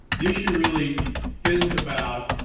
the issue really isn't about,